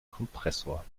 kompressor